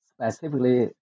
specifically